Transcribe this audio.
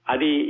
Adi